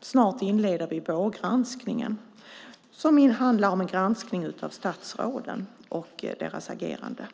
snart inleder vi vårgranskningen, som ju handlar om en granskning av statsråden och deras agerande.